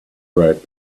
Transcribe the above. wrote